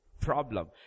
problem